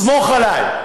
סמוך עלי.